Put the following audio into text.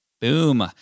Boom